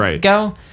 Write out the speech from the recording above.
go